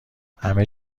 همه